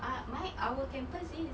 ah my our campus is